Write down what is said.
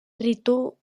ritu